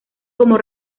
como